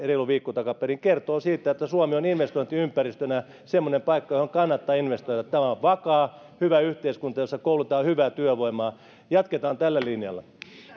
reilu viikko takaperin kertoo siitä että suomi on investointiympäristönä semmoinen paikka johon kannattaa investoida tämä on vakaa hyvä yhteiskunta jossa koulutetaan hyvää työvoimaa jatketaan tällä linjalla